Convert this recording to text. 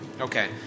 Okay